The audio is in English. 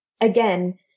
again